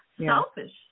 selfish